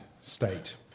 state